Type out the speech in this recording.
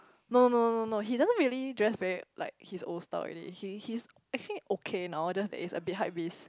no no no no no he doesn't really dress very like his old style already he he's actually okay now just that it's a bit hypebeast